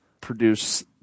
produce